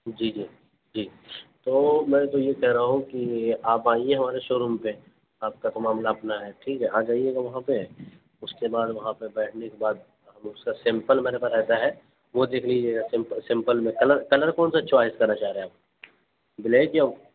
جی جی جی تو میں تو یہ کہہ رہا ہوں کہ آپ آئیے ہمارے شو روم پہ آپ کا تو معاملہ اپنا ہے ٹھیک ہے آ جائیے گا وہاں پہ اس کے بعد وہاں پہ بیٹھنے کے بعد اس کا سیمپل میرے پاس رہتا ہے وہ دیکھ لیجیے گا سیمپل میں کلر کلر کون سا چوائز کرنا چاہ رہے ہیں آپ بلیک یا